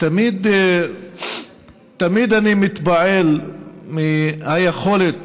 תמיד אני מתפעל מהיכולת